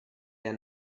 der